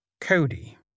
Cody